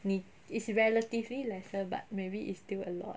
你 it's relatively lesser but maybe it's still a lot